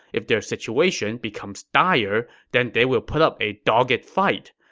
if their situation becomes dire, then they will put up a dogged fight.